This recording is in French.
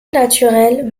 naturelles